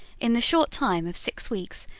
in the short time of six weeks,